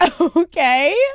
okay